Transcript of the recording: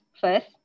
first